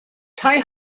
tai